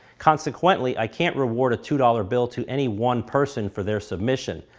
consequently, i can't reward a two dollars bill to any one person for their submission.